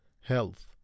health